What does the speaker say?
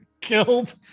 killed